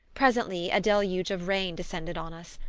presently a deluge of rain descended on us,